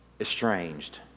estranged